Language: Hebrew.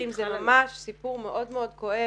זה ממש סיפור מאוד מאוד כואב.